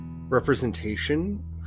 representation